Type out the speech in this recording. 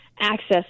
access